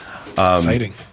Exciting